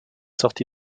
sorti